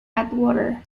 atwater